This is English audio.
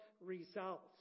results